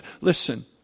listen